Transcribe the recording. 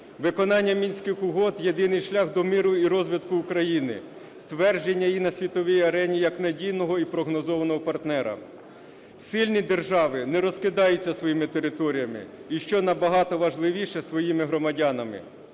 Виконання Мінських угод – єдиний шлях до миру і розвитку України, ствердження її на світовій арені як надійного і прогнозованого партнера. Сильні держави не розкидаються своїми територіями, і що набагато важливіше, своїми громадянами.